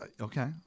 Okay